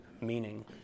meaning